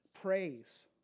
praise